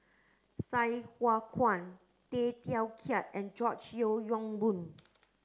Sai Hua Kuan Tay Teow Kiat and George Yeo Yong Boon